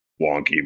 wonky